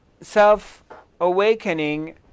self-awakening